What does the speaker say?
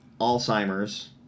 Alzheimer's